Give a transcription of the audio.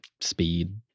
speed